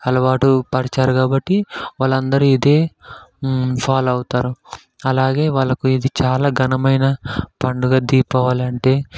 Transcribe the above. అలవాటు పరిచారు కాబట్టి వాళ్ళందరూ ఇదే ఫాలో అవుతారు అలాగే వాళ్ళకు ఇది చాలా ఘనమైన పండుగ దీపావళి అంటే